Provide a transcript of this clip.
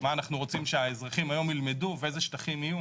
מה אנחנו רוצים שהאזרחים היום ילמדו ואיזה שטחים יהיו